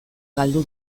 galdu